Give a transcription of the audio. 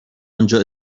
آنجا